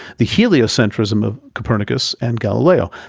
the heliocentrism of copernicus and galileo,